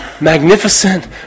magnificent